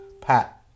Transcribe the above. Pat